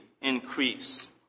increase